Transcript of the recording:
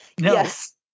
Yes